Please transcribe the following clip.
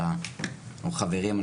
הם חברים,